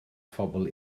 phobl